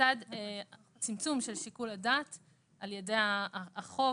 לצד צמצום של שיקול הדעת על ידי החוק,